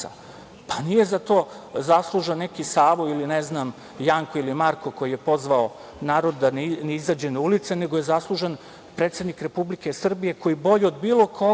pa nije za to zaslužan neki Savo, ili ne znam Janko ili Marko, koji je pozvao narod da ne izađe na ulice nego je zaslužan predsednik Republike Srbije koji bolje od bilo koga